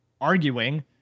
arguing